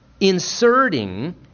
inserting